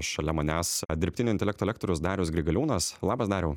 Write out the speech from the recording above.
šalia manęs dirbtinio intelekto lektorius darius grigaliūnas labas dariau